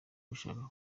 gushaka